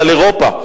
על אירופה.